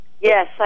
Yes